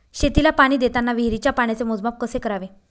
शेतीला पाणी देताना विहिरीच्या पाण्याचे मोजमाप कसे करावे?